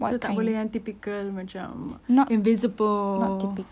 so tak boleh yang typical macam invisible